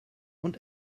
und